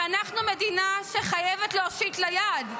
ואנחנו מדינה שחייבת להושיט לה יד,